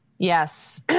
Yes